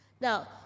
now